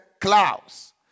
clouds